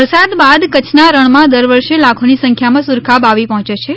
વરસાદ બાદ કચ્છના રણમાં દરવર્ષે લાખોની સંખ્યામાં સુરખાબ આવી પહોંચે છે